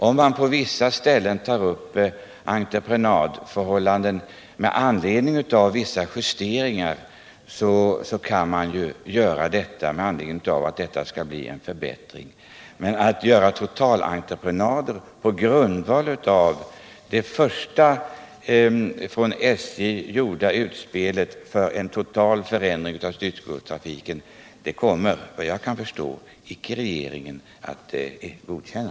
Om man på vissa ställen gör en del justeringar av entreprenadförhållanden, kan kanske vissa förbättringar åstadkommas, men att det avtalas om totalentreprenader på grundval av SJ:s första utspel för en fullständig omläggning av styckegodstrafiken kommer regeringen såvitt jag kan förstå icke att godkänna.